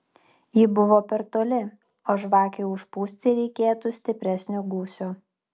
ji buvo per toli o žvakei užpūsti reikėtų stipresnio gūsio